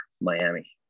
Miami